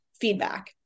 feedback